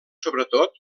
sobretot